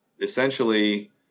essentially